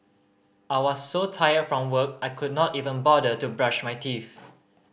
I was so tired from work I could not even bother to brush my teeth